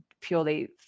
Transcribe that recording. purely